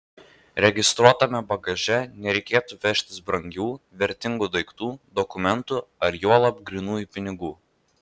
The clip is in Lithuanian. registruotame bagaže nereikėtų vežtis brangių vertingų daiktų dokumentų ar juolab grynųjų pinigų